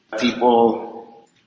people